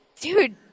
dude